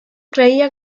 creía